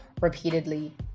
Repeatedly